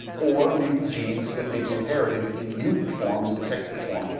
or mutant genes that may be inherited in mutant form, in defective form,